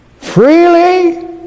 Freely